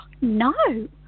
no